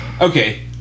okay